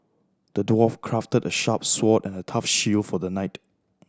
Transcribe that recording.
the dwarf crafted a sharp sword and a tough shield for the knight